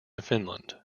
finland